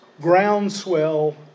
groundswell